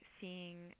seeing